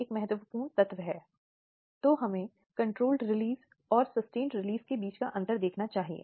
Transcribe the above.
यह इतना महत्वपूर्ण क्यों हो जाता है